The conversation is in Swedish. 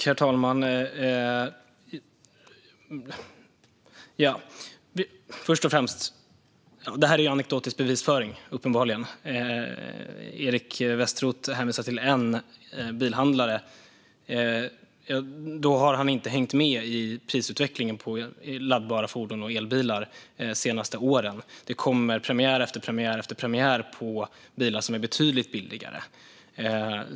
Herr talman! Detta är uppenbarligen anekdotisk bevisföring. Eric Westroth hänvisar till en bilhandlare. Då har han inte hängt med i prisutvecklingen när det gäller laddbara fordon och elbilar de senaste åren. Det kommer premiär efter premiär på bilar som är betydligt billigare.